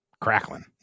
crackling